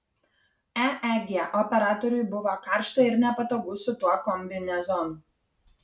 eeg operatoriui buvo karšta ir nepatogu su tuo kombinezonu